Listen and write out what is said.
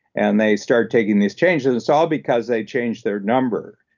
and they start taking these changes, and it's all because they changed their number,